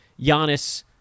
Giannis